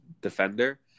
defender